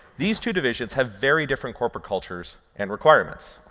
these two divisions have very different corporate cultures and requirements.